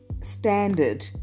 standard